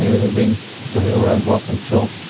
this has been a real roadblock until,